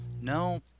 no